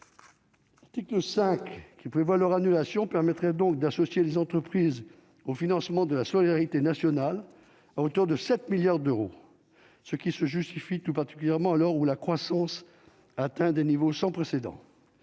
Nous 5 qui prévoit leur annulation permettrait donc d'associer les entreprises au financement de la solidarité nationale autour de 7 milliards d'euros, ce qui se justifie tout particulièrement à l'heure où la croissance atteint des niveaux sans précédent